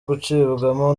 gucibwamo